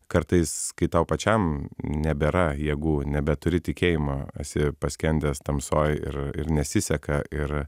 kartais kai tau pačiam nebėra jėgų nebeturi tikėjimo esi paskendęs tamsoj ir ir nesiseka ir